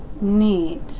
neat